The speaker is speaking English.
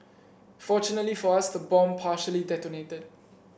fortunately for us the bomb partially detonated